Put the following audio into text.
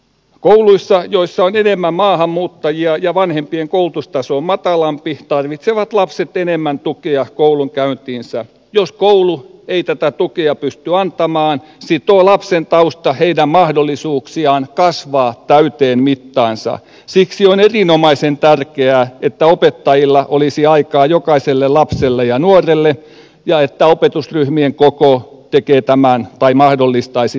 kouluissa joissa on enemmän maahanmuuttajia ja vanhempien koulutustasomatalampi tarvitsevat lapset pienemmän tukia koulunkäyntinsä jos koulu ei tätä oppia pysty antamaan sitoo lapsen tausta hitamahdollisuuksiaan kasvaa täyteen mittaansa siksi on erinomaisen tärkeää että opettajilla olisi aikaa jokaiselle lapselle ja nuorelle ja että opetusryhmien koko tekee tämän tai mahdollistaisi